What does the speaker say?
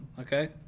Okay